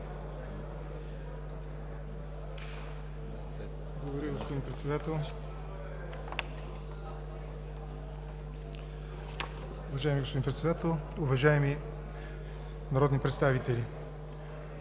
Уважаеми господин Председател, уважаеми народни представители!